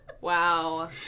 Wow